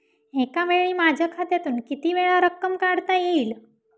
एकावेळी माझ्या खात्यातून कितीवेळा रक्कम काढता येईल?